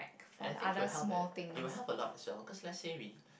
I think it will help at it will help a lot as well because let's say we